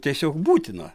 tiesiog būtina